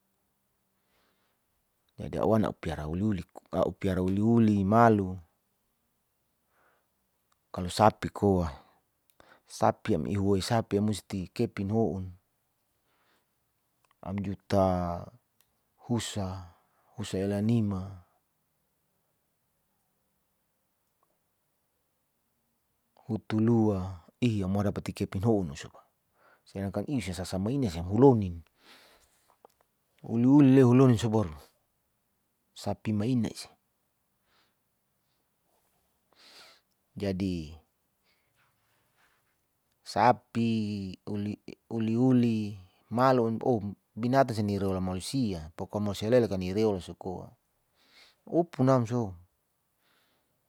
jadi a'u wan a'u piara auliuli, ma'lu, kalo sapi koa, sapi a'u ihuwo sapi'a musti kepin houn, am juta husa, husa ialanima, hutulua ihya modapa kepin ho'un sedngkan isisasama ini samhulonin uliuli le huloni sabaru sapi mainas, jadi sapi, uliuli, malon oh binatan sini reola mausia pokomo sialela kan nireola sukoa upunam.